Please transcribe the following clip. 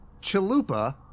chalupa